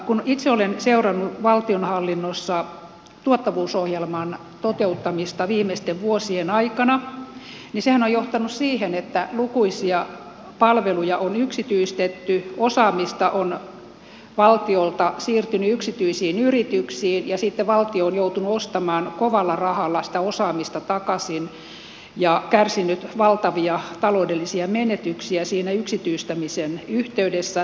kun itse olen seurannut valtionhallinnossa tuottavuusohjelman toteuttamista viimeisten vuosien aikana niin sehän on johtanut siihen että lukuisia palveluja on yksityistetty osaamista on valtiolta siirtynyt yksityisiin yrityksiin ja sitten valtio on joutunut ostamaan kovalla rahalla sitä osaamista takaisin ja kärsinyt valtavia taloudellisia menetyksiä siinä yksityistämisen yhteydessä